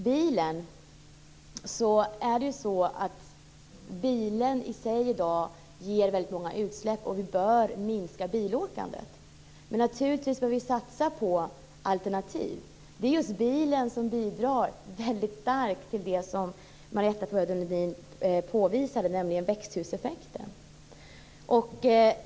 Bilen ger i dag väldigt mycket utsläpp, och vi bör minska bilåkandet. Men naturligtvis bör vi satsa på alternativ. Det är just bilen som bidrar väldigt starkt till det som Marietta de Pourbaix-Lundin påvisade, nämligen växthuseffekten.